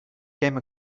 came